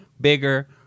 bigger